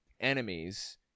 enemies